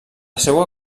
seua